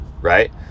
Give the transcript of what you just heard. right